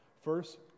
First